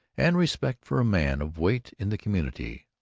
and respect for a man of weight in the community,